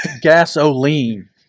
gasoline